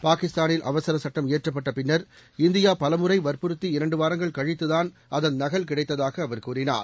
பாகிஸ்தானில் அவசர சட்டம் இயற்றப்பட்ட பின்னர் இந்தியா பலமுறை வற்புறுத்தி இரண்டு வாரங்கள் கழித்து தான் அதன் நகல் கிடைத்ததாக அவர் கூறினார்